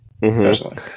Personally